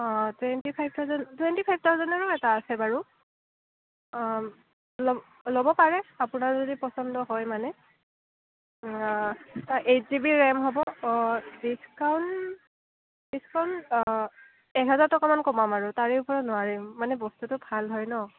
অঁ twenty five thousand twenty five থাউজেণ্ডৰো এটা আছে বাৰু অঁ ল'ব পাৰে আপোনাৰ যদি পছন্দ হয় মানে এইট জিবি ৰেম হ'ব ডিচকাউণ্ট ডিচকাউণ্ট একহাজাৰ টকামান কমাম আৰু তাৰ তলত নোৱাৰিম মানে বস্তুটো ভাল হয় ন